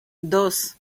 dos